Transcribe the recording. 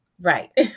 Right